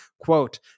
Quote